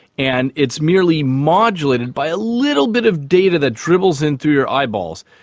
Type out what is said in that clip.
and it's merely modulated by a little bit of data that dribbles in through your eyeballs.